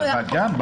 אבל גם.